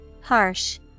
Harsh